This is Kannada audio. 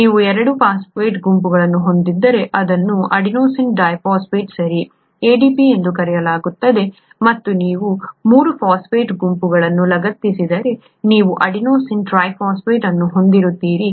ನೀವು 2 ಫಾಸ್ಫೇಟ್ ಗುಂಪುಗಳನ್ನು ಹೊಂದಿದ್ದರೆ ಇದನ್ನು ಅಡೆನೊಸಿನ್ ಡೈಫಾಸ್ಫೇಟ್ ಸರಿ ADP ಎಂದು ಕರೆಯಲಾಗುತ್ತದೆ ಮತ್ತು ನೀವು 3 ಫಾಸ್ಫೇಟ್ ಗುಂಪುಗಳನ್ನು ಲಗತ್ತಿಸಿದರೆ ನೀವು ಅಡೆನೊಸಿನ್ ಟ್ರೈಫಾಸ್ಫೇಟ್ ಅನ್ನು ಹೊಂದಿರುತ್ತೀರಿ